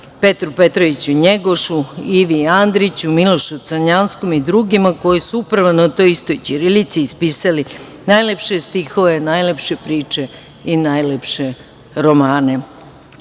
Petru Petroviću Njegošu, Ivi Andriću, Milošu Crnjanskom i drugima koji su upravo na toj istoj ćirilici ispisali najlepše stihove, najlepše priče i najlepše romane.S